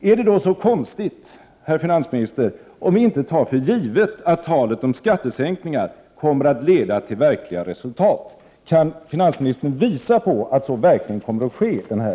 Är det då så konstigt, herr 75 finansminister, att vi inte tar för givet att talet om skattesänkningar kommer